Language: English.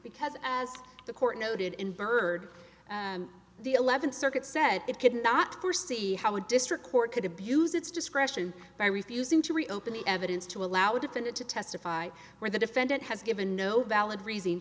because as the court noted in byrd and the eleventh circuit said it could not foresee how a district court could abuse its discretion by refusing to reopen the evidence to allow defendant to testify where the defendant has given no valid reason